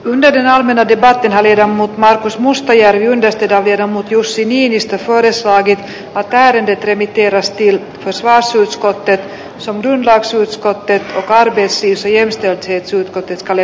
menneellä menettivät viedä mut markus mustajärvi testata ja jussi niinistö korostaakin agraarind revitterästiin koska syyt skootteri sami laaksonen uskoo että tarvitsisi äänestää annettava lausunto